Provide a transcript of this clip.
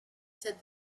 said